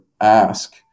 ask